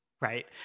right